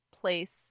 place